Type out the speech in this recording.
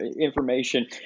information